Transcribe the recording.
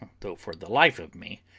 though for the life of me,